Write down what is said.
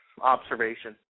observation